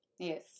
Yes